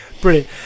brilliant